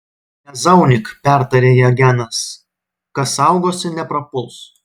nezaunyk pertarė ją genas kas saugosi neprapuls